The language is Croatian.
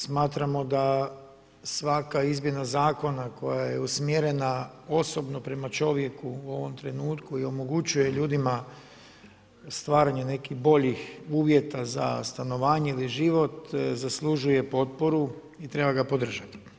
Smatramo da svaka izmjena zakona koja je usmjerena osobno prema čovjeku u ovom trenutku i omogućuje ljudima stvaranje nekih boljih uvjeta za stanovanje ili život zaslužuje potporu i treba ga podržati.